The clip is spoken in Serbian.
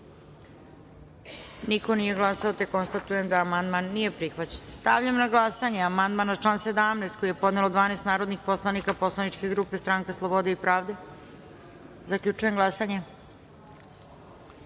Niko nije glasao. Konstatujem da amandman nije prihvaćen. Stavljam na glasanje amandman na član 17. koji je podelo 12 narodnih poslanika Poslaničke grupe Stranka slobode i pravde. Zaključujem glasanje: